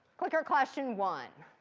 clicker question one.